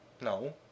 No